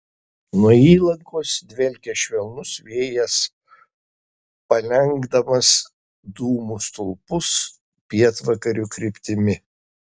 nuo įlankos dvelkė švelnus vėjas palenkdamas dūmų stulpus pietvakarių kryptimi